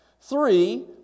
three